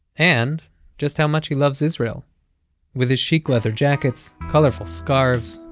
and just how much he loves israel with his chic leather jackets, colourful scarves,